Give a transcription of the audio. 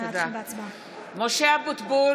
(קוראת בשמות חברי הכנסת) משה אבוטבול,